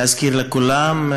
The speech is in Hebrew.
להזכיר לכולם: